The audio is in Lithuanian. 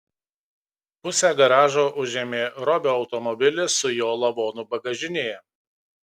pusę garažo užėmė robio automobilis su jo lavonu bagažinėje